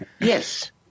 Yes